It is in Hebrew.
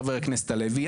חבר הכנסת הלוי,